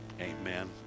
Amen